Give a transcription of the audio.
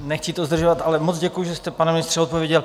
Nechci to zdržovat, ale moc děkuju, že jste, pane ministře, odpověděl.